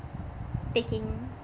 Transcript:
taking